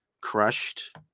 crushed